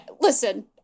listen